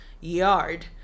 yard